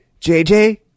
jj